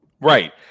Right